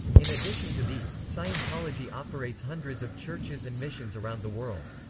in addition to these, scientology operates hundreds of churches and missions around the world.